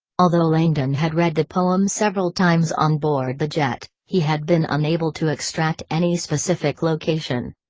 although langdon had read the poem several times onboard the jet, he had been unable to extract any specific location.